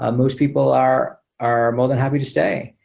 ah most people are are more than happy to stay.